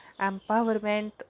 Empowerment